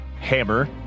hammer